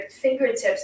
fingertips